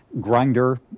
grinder